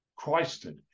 Christed